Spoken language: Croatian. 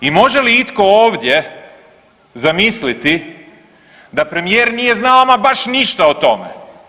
I može li itko ovdje zamisliti da premijer nije znao ama baš ništa o tome?